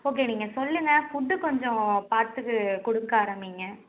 okay நீங்கள் சொல்லுங்கள் food கொஞ்சம் பார்த்துக்கு கொடுக்க ஆரமியுங்க